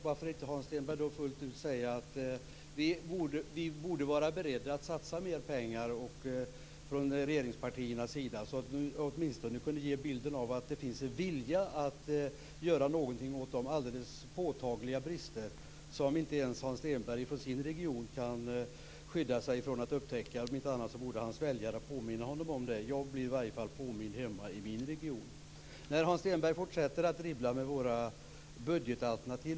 Varför inte då, Hans Stenberg, fullt ut säga att ni borde vara beredda att satsa mer pengar från regeringspartiernas sida? Så kunde ni åtminstone ge bilden av att det finns en vilja att göra någonting åt de alldeles påtagliga brister som inte ens Hans Stenberg i sin region kan skydda sig från att upptäcka. Om inte annat så borde hans väljare påminna honom om det. Jag blir i varje fall påmind hemma i min region. Hans Stenberg fortsätter att dribbla med våra budgetalternativ.